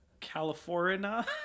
California